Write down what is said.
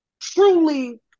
truly